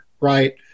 right